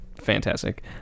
fantastic